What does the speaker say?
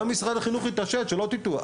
גם משרד החינוך התעשת, שלא תטעו.